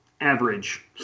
average